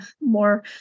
more